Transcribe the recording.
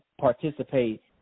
participate